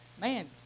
man